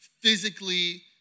physically